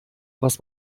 was